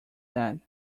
that